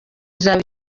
izaba